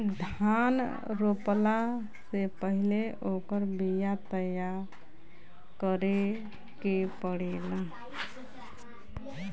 धान रोपला से पहिले ओकर बिया तैयार करे के पड़ेला